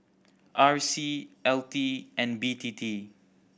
R C L T and B T T